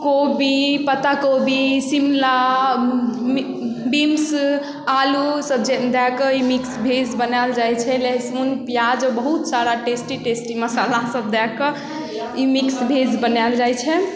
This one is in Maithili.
कोबी पत्ता कोबी शिमला बीन्स आलूसब जे दऽ कऽ मिक्स भेज बनाएल जाए छै लहसुन पिआज बहुत सारा टेस्टी टेस्टी मसालासब दऽ कऽ ई मिक्स भेज बनाएल जाए छै